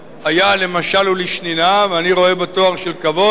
היה למשל ולשנינה ואני רואה בו תואר של כבוד.